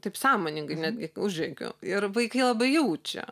taip sąmoningai netgi užrėkiu ir vaikai labai jaučia